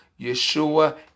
Yeshua